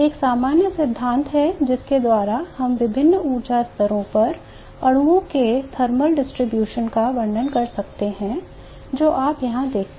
एक सामान्य सिद्धांत है जिसके द्वारा हम विभिन्न ऊर्जा स्तरों पर अणुओं के ऊष्मीय वितरण का वर्णन कर सकते हैं जो आप यहां देखते हैं